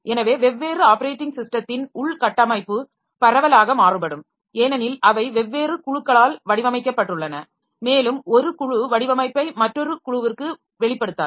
எனவே வெவ்வேறு ஆப்பரேட்டிங் ஸிஸ்டத்தின் உள் கட்டமைப்பு பரவலாக மாறுபடும் ஏனெனில் அவை வெவ்வேறு குழுக்களால் வடிவமைக்கப்பட்டுள்ளன மேலும் ஒரு குழு வடிவமைப்பை மற்றொரு குழுவிற்கு வெளிப்படுத்தாது